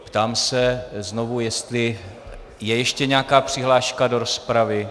Ptám se znovu, jestli je ještě nějaká přihláška do rozpravy.